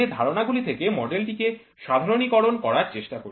যে ধারণাগুলি থেকে মডেলটিকে সাধারণীকরণ করার চেষ্টা করি